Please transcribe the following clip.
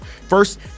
First